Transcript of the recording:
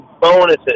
bonuses